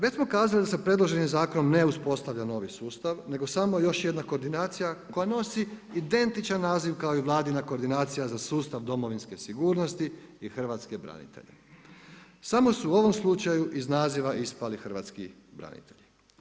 Već smo kazali da se predloženi zakonom ne uspostavlja novi sustav, nego samo još jedna koordinacija koja nosi identičan naziv kao i Vladina koordinacija za sustav domovinske sigurnosti i hrvatske branitelje, samo su u ovom slučaju iz naziva ispali hrvatski branitelji.